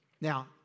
Now